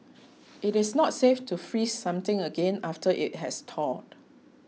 it is not safe to freeze something again after it has thawed